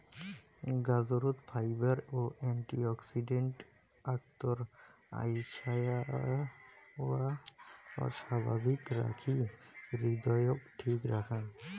গাজরত fibre ও antioxidant অক্তর আইসাযাওয়া স্বাভাবিক রাখি হৃদয়ক ঠিক রাখং